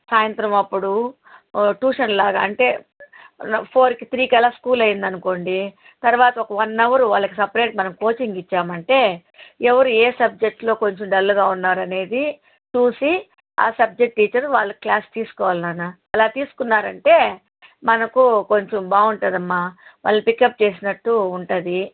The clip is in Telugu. సాయంత్రం అప్పుడు ట్యూషన్లాగా అంటే ఫోర్కి త్రీకి అలా స్కూల్ అయింది అనుకోండి తర్వత ఒక వన్ అవరు వాళ్ళకి సెపరేట్ మనం కోచింగ్ ఇచ్చాము అంటే ఎవరు ఏ సబ్జెక్టులో కొంచెం డల్లుగా ఉన్నారనేది చూసి ఆ సబ్జెక్ట్ టీచర్ వాళ్ళకి క్లాస్ తీసుకోవాలి నాన్నా అలా తీసుకున్నారంటే మనకు కొంచెం బాగుంటుంది అమ్మా వాళ్ళని పికప్ చేసినట్టు ఉంటుంది